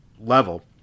level